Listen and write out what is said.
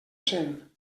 sent